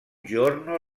giorno